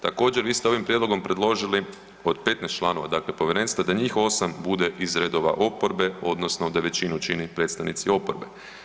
Također, vi ste ovim prijedlogom predložili od 15 članova dakle povjerenstva da njih 8 bude iz redova oporbe odnosno da većinu čine predstavnici oporbe.